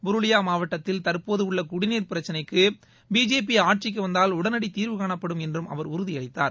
புருலியா மாவட்டத்தில் தற்போதுள்ள குடிநீர் பிரச்சினைக்கு பிஜேபி ஆட்சிக்கு வந்தால் உடனடி தீர்வு காணப்படும் என்று அவர் உறுதியளித்தார்